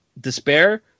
despair